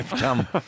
come